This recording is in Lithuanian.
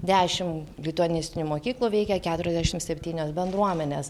dešimt lituanistinių mokyklų veikia keturiasdešimt septynios bendruomenes